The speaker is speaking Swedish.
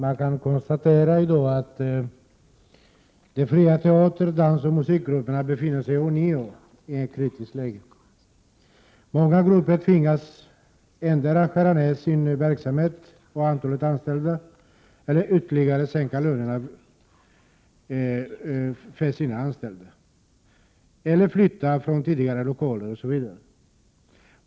Herr talman! De fria teater-, dansoch musikgrupperna befinner sig ånyo i ett kritiskt läge. Många grupper tvingas antingen skära ner på sin verksamhet och på antalet anställda eller ytterligare sänka lönerna, flytta ifrån tidigare lokaler osv.